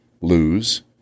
lose